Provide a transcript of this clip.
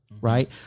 Right